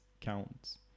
counts